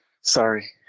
Sorry